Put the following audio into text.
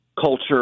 culture